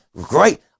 Great